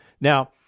Now